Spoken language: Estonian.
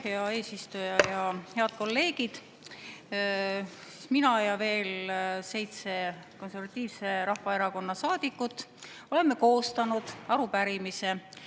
hea eesistuja! Head kolleegid! Mina ja veel seitse konservatiivse rahvaerakonna saadikut oleme koostanud arupärimise